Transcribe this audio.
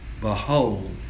Behold